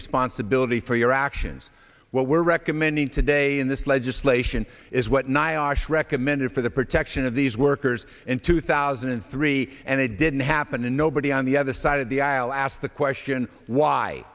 responsibility for your actions what we're recommending today in this legislation is what nyasha recommended for the protection of these workers in two thousand and three and it didn't happen and nobody on the other side of the aisle asked the question why